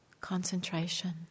concentration